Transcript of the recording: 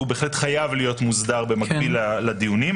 והוא בהחלט חייב להיות מוסדר במקביל לדיונים.